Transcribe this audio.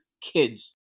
kids